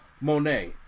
Monet